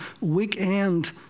weekend